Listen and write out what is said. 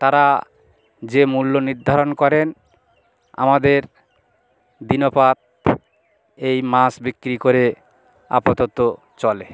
তারা যে মূল্য নিধ্যারণ করেন আমাদের দিন পাত এই মাছ বিক্রি করে আপাতত চলে